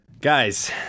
Guys